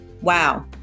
wow